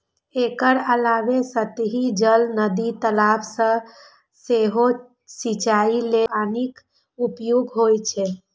एकर अलावे सतही जल, नदी, तालाब सं सेहो सिंचाइ लेल पानिक उपयोग होइ छै